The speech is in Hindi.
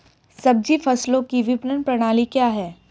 सब्जी फसलों की विपणन प्रणाली क्या है?